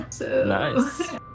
Nice